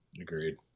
agreed